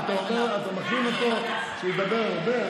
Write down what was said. מה אתה אומר, אתה מכין אותו שידבר הרבה?